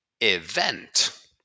event